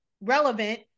relevant